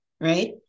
right